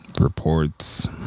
Reports